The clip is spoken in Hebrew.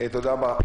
תודה רבה.